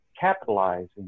capitalizing